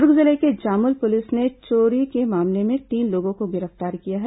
दुर्ग जिले की जामुल पुलिस ने चोरी के मामले में तीन लोगों को गिरफ्तार किया है